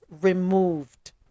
removed